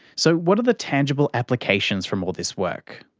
so what are the tangible applications from all this work?